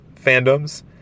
fandoms